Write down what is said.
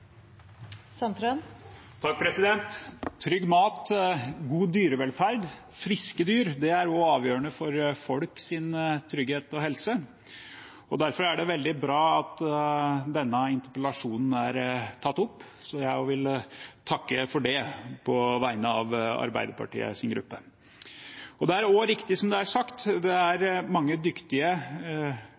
avgjørende for folks trygghet og helse. Derfor er det veldig bra at denne interpellasjonen er tatt opp. Jeg vil takke for det på vegne av Arbeiderpartiets gruppe. Det er riktig, som det er sagt, at det er mange dyktige,